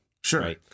Sure